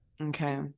Okay